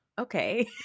okay